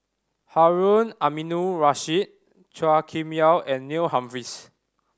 Harun Aminurrashid Chua Kim Yeow and Neil Humphreys